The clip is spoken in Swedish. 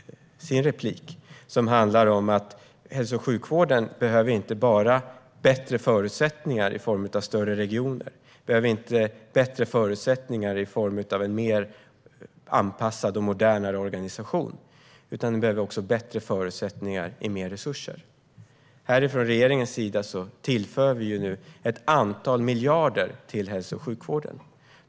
Hälso och sjukvården behöver inte bara bättre förutsättningar i form av större regioner och i form av bättre anpassad och modernare organisation utan också bättre förutsättningar i form av mer resurser. Från regeringens sida tillför vi nu ett antal miljarder till hälso och sjukvården.